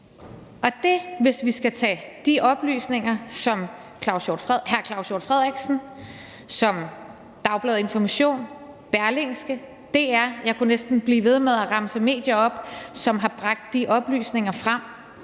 med USA. Hvis de oplysninger, som hr. Claus Hjort Frederiksen og Dagbladet Information, Berlingske og DR har bragt frem – jeg kunne næsten blive ved med at remse medier op, som har bragt de oplysninger frem